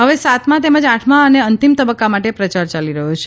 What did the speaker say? હવે સાતમા તેમજ આઠમા અને અંતિમ તબક્કા માટે પ્રચાર ચાલી રહ્યો છે